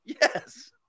Yes